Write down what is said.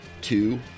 two